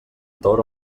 tord